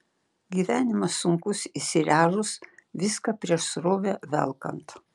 gyvenimas sunkus įsiręžus viską prieš srovę velkant